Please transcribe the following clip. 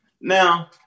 Now